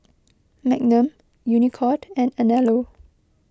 Magnum Unicurd and Anello